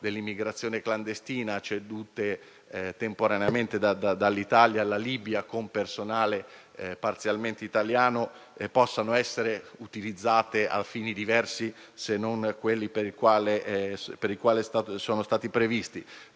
all'immigrazione clandestina, cedute temporaneamente dall'Italia alla Libia con personale parzialmente italiano, possano essere utilizzate a fini diversi se non quelli per i quali sono state previste.